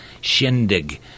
shindig